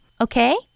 Okay